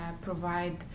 provide